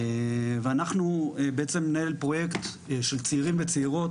ואנחנו בעצם ננהל פרוייקט של צעירים וצעירות,